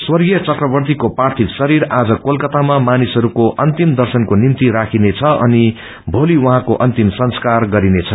स्वर्गीय चकवर्तीको पार्थिव शरीर आज कोलकात्तामा मानिसहस्को अन्तिम दर्शनको निम्ति राखिनेछ अनि भोली उहाँको अन्तिम संस्कार गरिनेछ